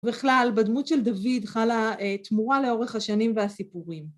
בכלל בדמות של דוד חלה, אה תמורה לאורך השנים והסיפורים.